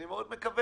אני מאוד מקווה